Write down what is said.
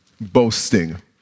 boasting